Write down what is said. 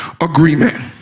agreement